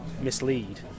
mislead